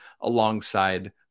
alongside